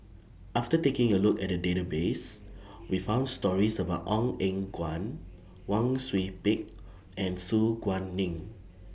after taking A Look At The Database We found stories about Ong Eng Guan Wang Sui Pick and Su Guaning